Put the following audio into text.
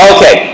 Okay